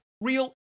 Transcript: real